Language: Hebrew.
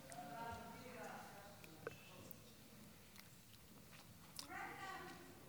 חוק פסיקת ריבית והצמדה (תיקון מס' 9),